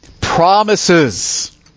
Promises